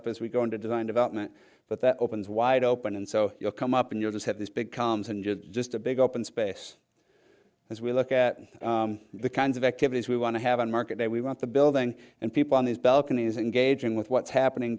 up as we go into design development but that opens wide open and so you'll come up and you'll just have this big comes and just a big open space as we look at the kinds of activities we want to have on market day we want the building and people on these balconies engaging with what's happening